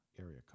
area